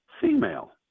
female